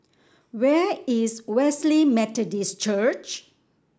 where is Wesley Methodist Church